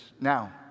Now